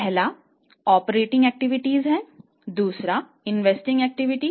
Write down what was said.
पहला operating activities